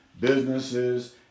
businesses